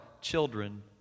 children